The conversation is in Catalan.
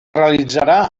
realitzarà